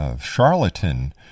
charlatan